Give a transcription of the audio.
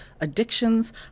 Addictions